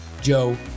Joe